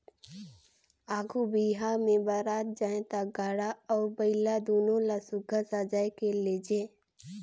आघु बिहा मे बरात जाए ता गाड़ा अउ बइला दुनो ल सुग्घर सजाए के लेइजे